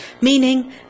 Meaning